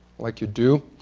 like you do.